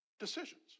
decisions